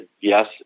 yes